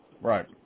right